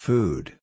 Food